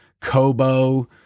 Kobo